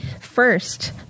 first